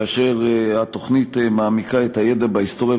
כאשר התוכנית מעמיקה את הידע בהיסטוריה